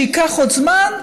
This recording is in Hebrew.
שייקח עוד זמן?